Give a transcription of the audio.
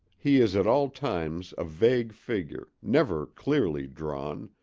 he is at all times a vague figure, never clearly drawn,